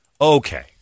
Okay